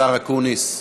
השר אקוניס ישיב.